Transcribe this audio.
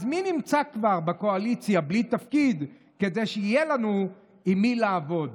אז מי נמצא כבר בקואליציה בלי תפקיד כדי שיהיה לנו עם מי לעבוד?